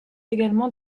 également